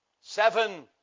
Seven